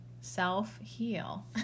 self-heal